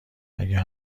اگه